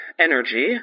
energy